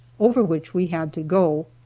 over which we had to go.